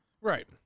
Right